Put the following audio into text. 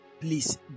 please